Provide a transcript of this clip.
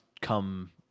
come